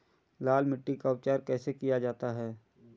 लाल मिट्टी का उपचार कैसे किया जाता है?